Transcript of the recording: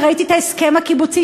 אני ראיתי את ההסכם הקיבוצי,